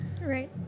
Right